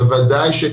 בוודאי שכן.